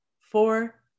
four